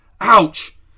Ouch